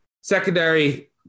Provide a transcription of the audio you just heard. secondary